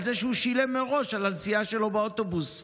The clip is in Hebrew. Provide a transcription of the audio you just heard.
זה שהוא שילם מראש על הנסיעה שלו באוטובוס.